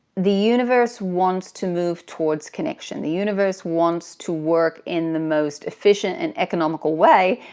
the universe wants to move towards connection. the universe wants to work in the most efficient and economical way,